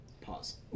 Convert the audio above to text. Pause